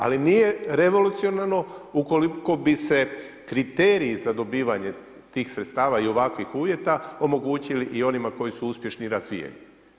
Ali nije revolucionarno ukoliko bi se kriterij za dobivanje tih sredstava i ovakvih uvjeta omogućili i onima koji su uspješni i razvijeni.